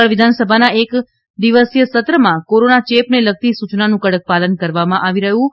કેરળ વિધાનસભાના આ એક દિવસીય સત્રમાં કોરોના ચેપને લગતી સૂચનાનું કડક પાલન કરવામાં આવી રહ્યું છે